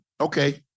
Okay